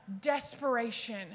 desperation